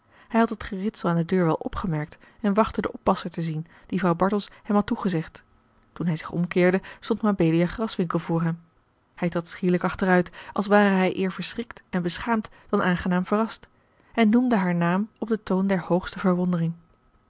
hij had het geritsel aan de deur wel opgemerkt en wachtte den oppasser te zien dien vrouw bartels hem had toegezegd toen hij zich omkeerde stond mabelia graswinckel voor hem hij trad schielijk achteruit als ware hij eer verschrikt en beschaamd dan aangenaam verrast en noemde haar naam op den toon der hoogste verwondering